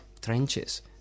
trenches